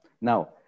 Now